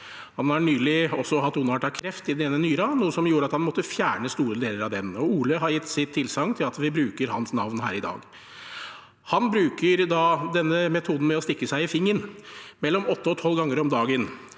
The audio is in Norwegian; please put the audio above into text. Han har nylig også hatt ondartet kreft i den ene nyren, noe som gjorde at han måtte fjerne store deler av den. Ole har gitt sitt tilsagn til at vi kan bruke hans navn her i dag. Han bruker metoden med å stikke seg i fingeren, og det gjør han mellom åtte